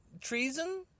Treason